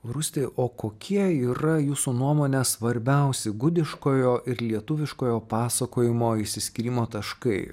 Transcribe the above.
rūsti o kokie yra jūsų nuomone svarbiausi gudiškojo ir lietuviškojo pasakojimo išsiskyrimo taškai